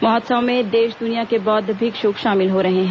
महोत्सव में देश दुनिया के बौद्ध भिक्षुक शामिल हो रहे हैं